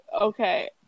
Okay